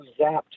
zapped